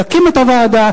תקים את הוועדה,